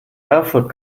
erfurt